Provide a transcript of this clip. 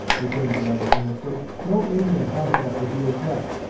returned the other, earnestly. no indian hunts after he is dead.